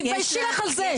תתביישי לך על זה.